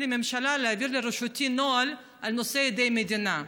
לממשלה להעביר לרשותי נוהל בנושא עדי מדינה.